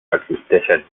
existeixen